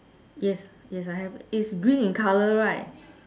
yes yes I have its green in colour right